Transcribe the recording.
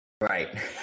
Right